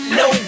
no